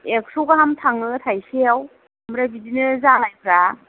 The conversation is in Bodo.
एकस' गाहाम थाङो थाइसयाव आमफ्राय बिदिनो जालायफ्रा